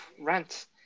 rent